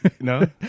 no